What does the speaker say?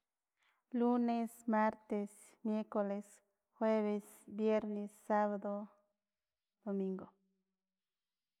Lunes, martes, miercoles, jueves, viernes, sabado, domingo.